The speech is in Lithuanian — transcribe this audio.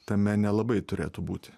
tame nelabai turėtų būti